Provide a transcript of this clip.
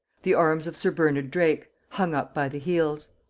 the arms of sir bernard drake, hung up by the heels.